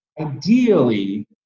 ideally